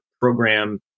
program